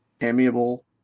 amiable